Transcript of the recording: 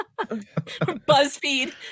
Buzzfeed